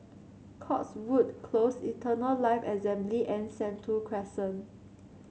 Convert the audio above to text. Cotswold Close Eternal Life Assembly and Sentul Crescent